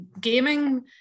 gaming